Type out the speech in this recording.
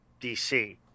DC